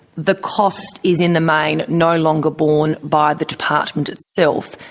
the cost is, in the main, no longer borne by the department itself,